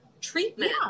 treatment